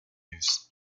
use